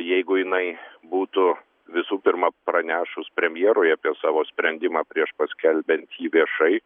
jeigu jinai būtų visų pirma pranešus premjerui apie savo sprendimą prieš paskelbiant jį viešai